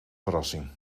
verrassing